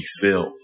filled